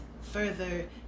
further